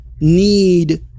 need